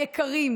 וולדיגר,